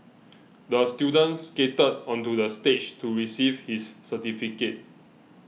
the student skated onto the stage to receive his certificate